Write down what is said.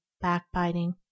backbiting